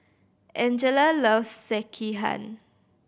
Angella loves Sekihan